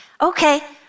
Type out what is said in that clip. Okay